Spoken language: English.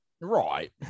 right